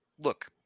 look